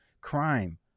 crime